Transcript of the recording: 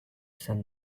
sun